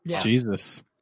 Jesus